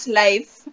life